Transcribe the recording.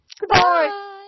Goodbye